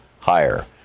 higher